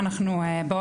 לא